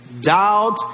doubt